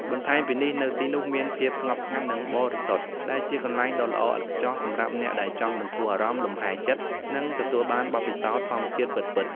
បន្ថែមពីនេះ នៅទីនោះមាន ភាពស្ងប់ស្ងាត់ និងបរិសុទ្ធ ដែលជាកន្លែងដ៏ល្អឥតខ្ចោះសម្រាប់អ្នកដែលចង់បន្ធូរអារម្មណ៍ លំហែចិត្ត និងទទួលបានបទពិសោធន៍ធម្មជាតិពិតៗ។